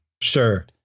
sure